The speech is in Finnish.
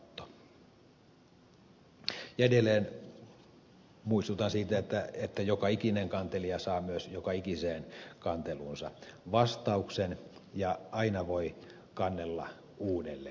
edelleen muistutan siitä että joka ikinen kantelija saa myös joka ikiseen kanteluunsa vastauksen ja aina voi kannella uudelleen